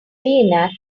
reenact